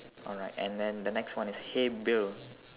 alright and then the next one is hey bill